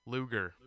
Luger